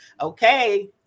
Okay